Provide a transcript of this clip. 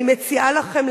אני מציעה לכם,